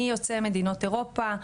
מיוצאי מדינות אירופה,